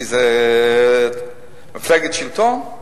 כי זה מפלגת שלטון?